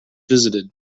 visited